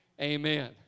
Amen